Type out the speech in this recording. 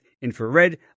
Infrared